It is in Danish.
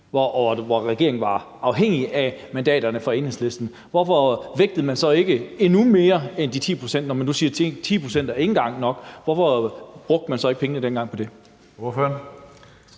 hvor regeringen var afhængig af mandaterne fra Enhedslisten? Hvorfor vægtede man så ikke endnu mere end de 10 pct., når man nu siger, at 10 pct. ikke engang er nok? Hvorfor brugte man så ikke dengang pengene på det?